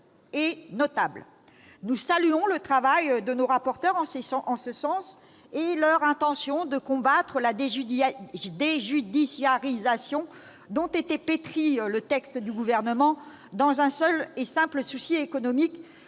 Nous saluons le travail de nos corapporteurs dans ce sens, ainsi que leur intention de combattre la déjudiciarisation dont était pétri le texte du Gouvernement dans un seul et simple souci économique.